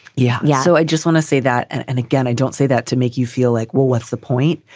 yeah yeah. so i just want to say that and and again, i don't say that to make you feel like, well, what's the point?